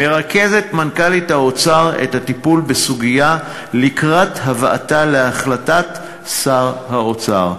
מרכזת מנכ"לית האוצר את הטיפול בסוגיה לקראת הבאתה להחלטת שר האוצר.